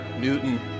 Newton